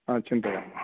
हा चिन्तयामः